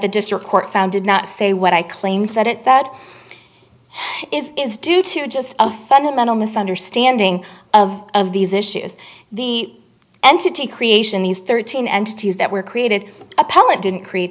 the district court found did not say what i claimed that it that is is due to just authentic mental misunderstanding of of these issues the entity creation these thirteen entities that were created appellant didn't create